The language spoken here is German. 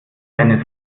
eine